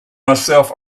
myself